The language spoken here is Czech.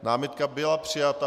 Námitka byla přijata.